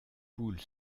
poule